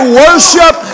worship